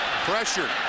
pressure